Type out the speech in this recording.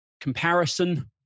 comparison